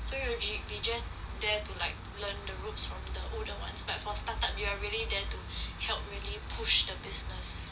so you will be be just there to like learn the ropes of the whole aspect for start-up you are really there to help really push the business